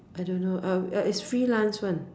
I don't know err it's freelance one